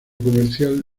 comercial